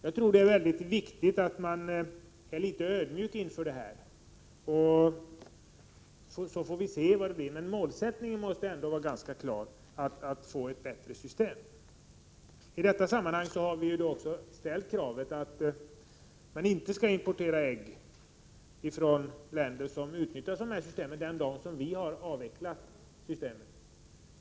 Jag tror det är viktigt att vara litet ödmjuk inför detta och se vad det blir. Men målsättningen måste ändå vara ganska klar: att få ett bättre system. I detta sammanhang har vi ställt kravet att vi inte skall importera ägg från länder som utnyttjar sådana system som vi har avvecklat.